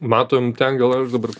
matom ten gal aš dabar